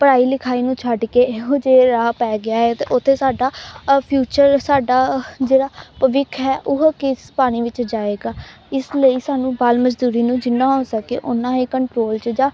ਪੜ੍ਹਾਈ ਲਿਖਾਈ ਨੂੰ ਛੱਡ ਕੇ ਇਹੋ ਜਿਹੇ ਰਾਹ ਪੈ ਗਿਆ ਹੈ ਅਤੇ ਉੱਥੇ ਸਾਡਾ ਫਿਊਚਰ ਸਾਡਾ ਜਿਹੜਾ ਭਵਿੱਖ ਹੈ ਉਹ ਕਿਸ ਪਾਣੀ ਵਿੱਚ ਜਾਏਗਾ ਇਸ ਲਈ ਸਾਨੂੰ ਬਾਲ ਮਜ਼ਦੂਰੀ ਨੂੰ ਜਿੰਨਾ ਹੋ ਸਕੇ ਉੱਨਾ ਹੀ ਕੰਟਰੋਲ 'ਚ ਜਾਂ